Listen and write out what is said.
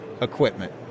equipment